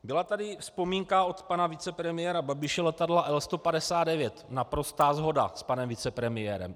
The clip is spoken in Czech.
Byla tady vzpomínka od pana vicepremiéra Babiše, letadla L159, naprostá shoda s panem vicepremiérem.